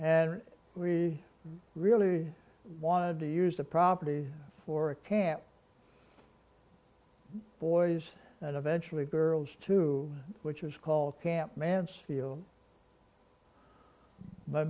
and we really wanted to use the property for a camp boys and eventually girls too which is called camp mansfield my